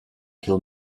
kill